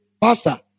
Pastor